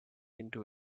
into